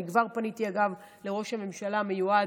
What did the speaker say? אני כבר פניתי, אגב, לראש הממשלה המיועד,